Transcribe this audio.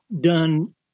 done